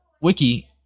wiki